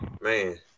Man